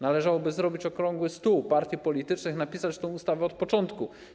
Należałoby zrobić okrągły stół partii politycznych, napisać tę ustawę od początku.